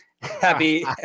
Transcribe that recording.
Happy